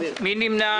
מי נמנע?